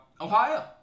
Ohio